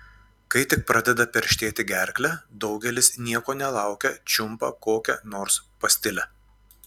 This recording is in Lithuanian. kai tik pradeda perštėti gerklę daugelis nieko nelaukę čiumpa kokią nors pastilę